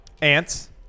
Ants